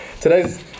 today's